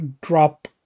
drop